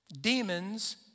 demons